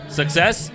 success